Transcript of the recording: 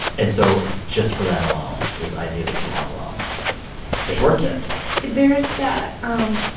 and so ah just for that alone this idea that you aren't alone it's worth it there's that um